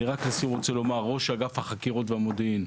אני רק רוצה לומר שראש אגף החקירות והמודיעין,